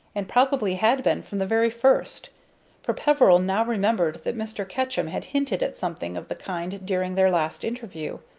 and probably had been from the very first for peveril now remembered that mr. ketchum had hinted at something of the kind during their last interview.